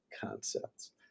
concepts